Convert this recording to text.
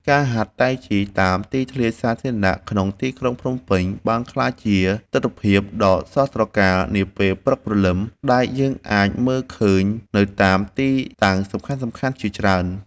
ការហាត់តៃជីតាមទីធ្លាសាធារណៈក្នុងទីក្រុងភ្នំពេញ បានក្លាយជាទិដ្ឋភាពដ៏ស្រស់ត្រកាលនាពេលព្រឹកព្រលឹម ដែលយើងអាចមើលឃើញនៅតាមទីតាំងសំខាន់ៗជាច្រើន។